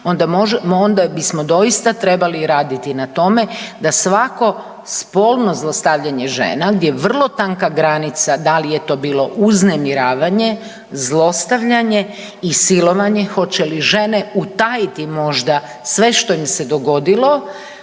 onda bismo doista trebali raditi na tome da svatko spolno zlostavljanje žena, gdje je vrlo tanka granica da li je to bilo uznemiravanje, zlostavljanje i silovanje, hoće li žene utajiti možda sve što im se dogodilo,